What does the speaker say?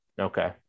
Okay